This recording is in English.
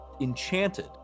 enchanted